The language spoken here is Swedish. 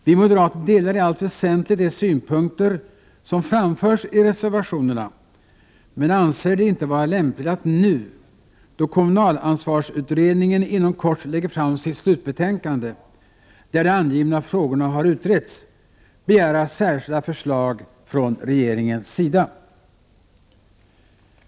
Vi moderater delar i allt väsentligt de synpunkter som framförs i reservationerna, men anser det inte vara lämpligt att nu, då kommunalansvarsutredningen inom kort lägger fram sitt slutbetänkande, där de angivna frågorna har utretts, begära särskilda förslag från regeringen.